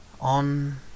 On